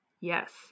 Yes